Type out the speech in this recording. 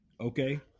Okay